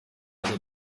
neza